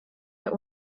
der